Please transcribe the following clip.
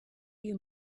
you